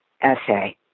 essay